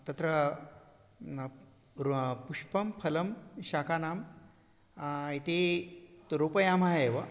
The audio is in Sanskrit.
तत्र पुष्पं फलं शाकानां इति तु रोपयामः एव